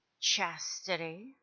chastity